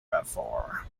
before